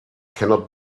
cannot